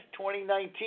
2019